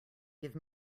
give